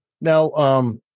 Now –